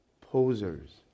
posers